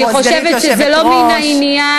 אני חושבת שזה לא מן העניין.